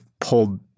pulled